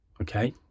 Okay